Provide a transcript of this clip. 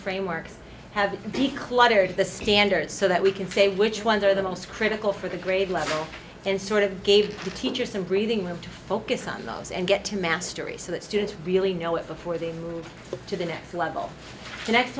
frameworks have the cluttered the standards so that we can say which ones are the most critical for the grade level and sort of gave the teacher some breathing room to focus on those and get to mastery so that students really know it before they move to the next level the next